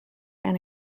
and